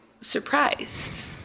surprised